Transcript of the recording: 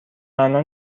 معنا